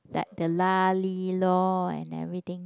like the lah lee loh and everything